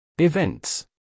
Events